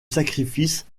sacrifice